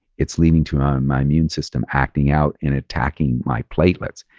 it's leading to my immune system acting out and attacking my platelets.